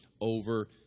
over